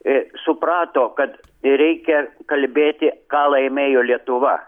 a suprato kad reikia kalbėti ką laimėjo lietuva